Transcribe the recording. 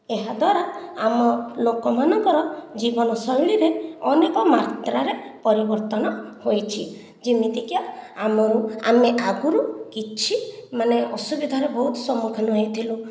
ଏହାଦ୍ୱାରା ଆମର ଲୋକ ମାନଙ୍କର ଜୀବନ ଶୈଳୀରେ ଅନେକ ମାତ୍ରାରେ ପରିବର୍ତ୍ତନ ହୋଇଛି ଯିମିତିକି ଆମର ଆମେ ଆଗରୁ କିଛି ମାନେ ଅସୁବିଧାର ବହୁତ ସମ୍ମୁଖୀନ ହୋଇଥିଲୁ